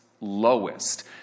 lowest